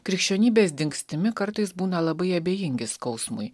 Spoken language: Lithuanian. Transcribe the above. krikščionybės dingstimi kartais būna labai abejingi skausmui